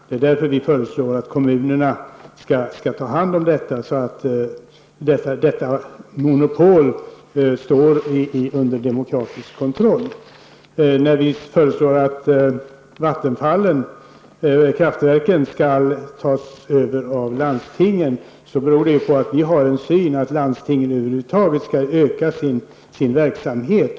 Det är därför som vi i miljöpartiet föreslår att kommunerna skall ta hand om transmissionen, så att detta monopol står under demokratiskt kontroll. När vi i miljöpartiet föreslår att kraftverken skall tas över av landstingen, beror detta på att vi anser att landstingen över huvud taget skall öka sin verksamhet.